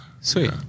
Sweet